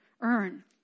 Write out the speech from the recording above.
earn